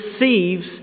receives